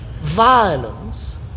violence